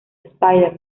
spider